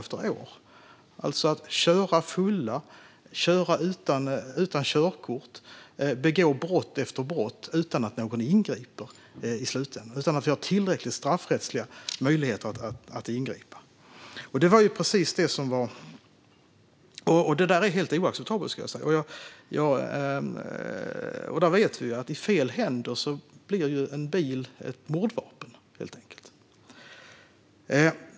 De kör fulla, de kör utan körkort och de begår brott efter brott utan att någon ingriper i slutändan och utan att vi har tillräckliga straffrättsliga möjligheter att ingripa. Det är helt oacceptabelt, för vi vet att i fel händer blir en bil helt enkelt ett mordvapen.